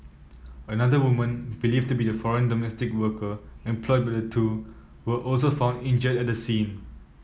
another woman believed to be the foreign domestic worker employed by the two was also found injured at the scene